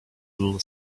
little